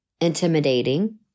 intimidating